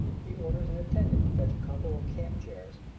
he orders an attendant to fetch a couple of camp chairs,